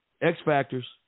X-Factors